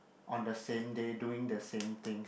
on the same day doing the same things